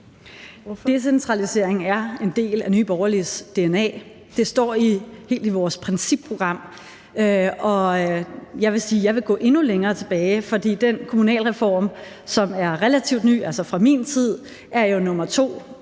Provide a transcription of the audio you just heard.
Decentralisering er en del af Nye Borgerliges dna. Det står endda i vores principprogram. Og jeg vil sige, at jeg vil gå endnu længere tilbage, for den kommunalreform, som er relativt ny, altså fra min tid, er jo nummer 2